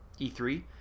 e3